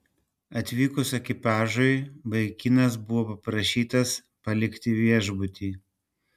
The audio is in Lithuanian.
atvykus ekipažui vaikinas buvo paprašytas palikti viešbutį